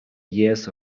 years